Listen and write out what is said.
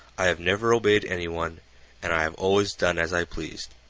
i have never obeyed anyone and i have always done as i pleased.